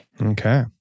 Okay